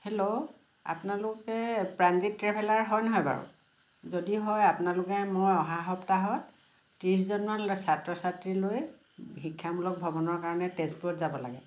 hello আপোনালোকে Pranjit traveller হয়নে নহয় বাৰু যদি হয় আপোনালোকে মই অহা সপ্তাহত ত্ৰিছজনমান ছাত্ৰ ছাত্ৰী লৈ শিক্ষামূলক ভ্ৰমণৰ কাৰণে তেজপুৰত যাব লাগে